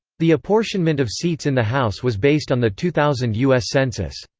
the apportionment of seats in the house was based on the two thousand u s. census.